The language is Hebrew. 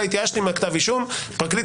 אני משאיר את הרף הראייתי כפי שהוא היום, לא נוגע.